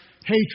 hatred